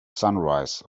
sunrise